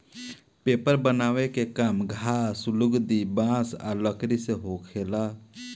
paper बनावे के काम घास, लुगदी, बांस आ लकड़ी से होखेला